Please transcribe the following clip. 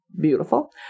beautiful